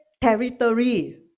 territory